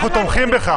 אנחנו תומכים בך,